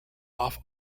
off